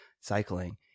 cycling